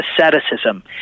asceticism